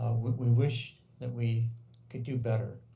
we wish that we could do better.